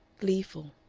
gleeful.